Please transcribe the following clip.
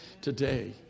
today